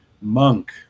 monk